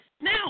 Now